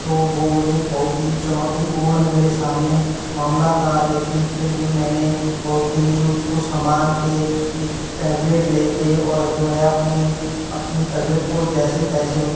तो वो मुझे बहुत ही चुनौतीपूर्ण मेरे सामने मामला था लेकिन फिर भी मैंने बहुत ही उसको संभाल के एक टैबलेट ले के और जो है अपनी अपनी तबीयत को जैसे तैसे